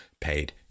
paid